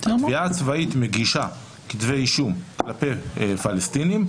התביעה הצבאית מגישה כתבי אישום כלפי פלסטינים,